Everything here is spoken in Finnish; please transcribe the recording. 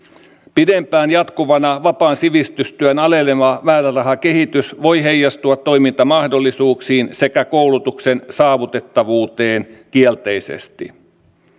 pidempään jatkuvana vapaan sivistystyön aleneva määrärahakehitys voi heijastua toimintamahdollisuuksiin sekä koulutuksen saavutettavuuteen kielteisesti